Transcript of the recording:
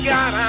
God